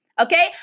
okay